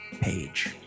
page